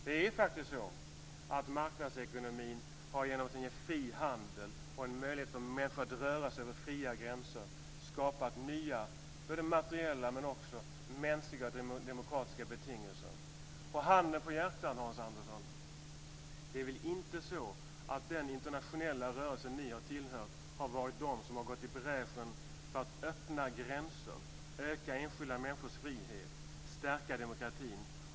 Det är faktiskt så att marknadsekonomin har skapat nya materiella, mänskliga och demokratiska betingelser genom att den ger fri handel och en möjlighet för människor att röra sig över öppna gränser. Handen på hjärtat, Hans Andersson, det är väl inte så att den internationella rörelse ni har tillhört har gått i bräschen för att öppna gränser, öka enskilda människors frihet och stärka demokratin?